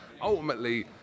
ultimately